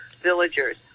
villagers